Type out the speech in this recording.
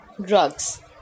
drugs